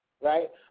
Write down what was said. right